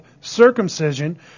circumcision